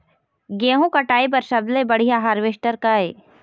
गेहूं कटाई बर सबले बढ़िया हारवेस्टर का ये?